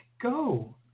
go